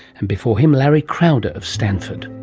and before him, larry crowder of stanford